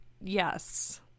Yes